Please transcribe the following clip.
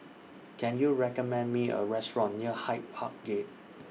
Can YOU recommend Me A Restaurant near Hyde Park Gate